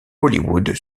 hollywood